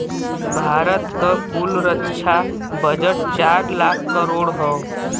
भारत क कुल रक्षा बजट चार लाख करोड़ हौ